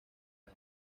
año